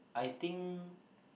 I think